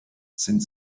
sind